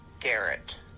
Garrett